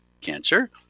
cancer